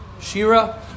Shira